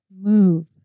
move